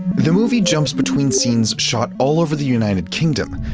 the movie jumps between scenes shot all over the united kingdom.